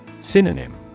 Synonym